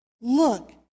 Look